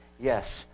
Yes